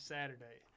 Saturday